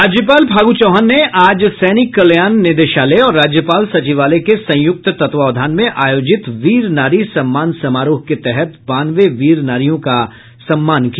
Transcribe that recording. राज्यपाल फागू चौहान ने आज सैनिक कल्याण निदेशालय और राज्यपाल सचिवालय के संयुक्त तत्वावधान में आयोजित वीर नारी सम्मान समारोह के तहत बानवे वीर नारियों को सम्मानित किया